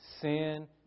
Sin